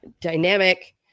dynamic